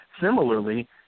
similarly